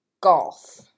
golf